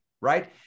right